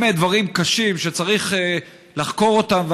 באמת דברים קשים שצריך לחקור אותם.